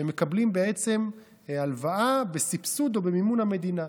שמקבלים הלוואה בסבסוד או במימון המדינה.